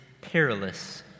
perilous